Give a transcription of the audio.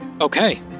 Okay